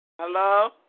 Hello